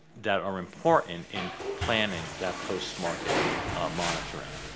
that are important in planning that post-market monitoring.